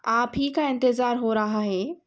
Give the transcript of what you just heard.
آپ ہی کا انتظار ہو رہا ہے